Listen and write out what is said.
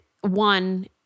one